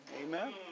Amen